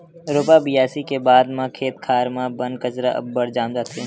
रोपा बियासी के बाद म खेत खार म बन कचरा अब्बड़ जाम जाथे